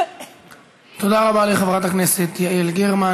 תודה רבה לחברת הכנסת יעל גרמן.